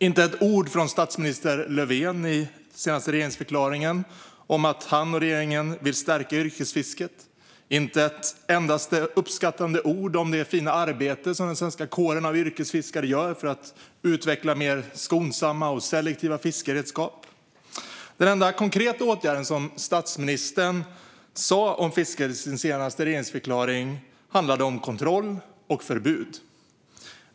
I den senaste regeringsförklaringen fanns inte ett ord från statsminister Löfven om att han och regeringen vill stärka yrkesfisket och inte ett enda uppskattande ord om det fina arbete som den svenska kåren av yrkesfiskare gör för att utveckla mer skonsamma och selektiva fiskeredskap. Den enda konkreta åtgärd som statsministern i sin senaste regeringsförklaring nämnde i fråga om fisket handlade om kontroll och förbud.